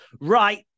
right